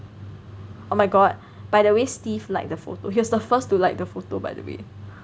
oh my god by the way Steve like the photo he was the first to like the photo by the way